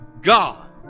God